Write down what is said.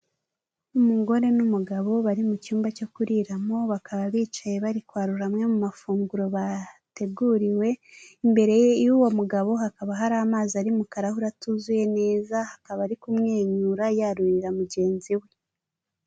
Umugore n'umugabo bari mu cyumba cyo kuriramo bakaba bicaye bari kwarura amwe mu mafunguro bateguriwe, imbere y'uwo mugabo hakaba hari amazi ari mu karahure atuzuye neza akaba ari kumwenyura yarurira mugenzi we.